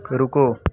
रुको